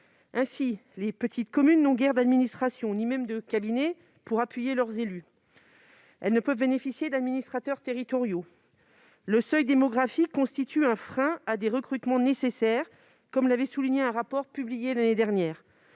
Ainsi, les petites communes n'ont guère d'administration ni même de cabinet pour appuyer leurs élus. Elles ne peuvent pas bénéficier d'administrateurs territoriaux. Le seuil démographique constitue un frein à des recrutements nécessaires, comme l'a souligné un rapport d'information publié l'année dernière.